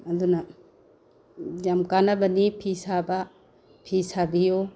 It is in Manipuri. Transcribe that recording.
ꯑꯗꯨꯅ ꯌꯥꯝ ꯀꯥꯟꯅꯕꯅꯤ ꯐꯤ ꯁꯥꯕ ꯐꯤ ꯁꯥꯕꯤꯌꯨ